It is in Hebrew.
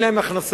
אין להן הכנסות,